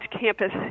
campus